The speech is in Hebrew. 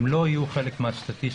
הם לא יהיו חלק מהסטטיסטיקה,